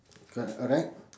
correct